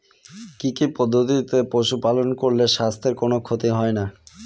কি কি পদ্ধতিতে পশু পালন করলে স্বাস্থ্যের কোন ক্ষতি হয় না?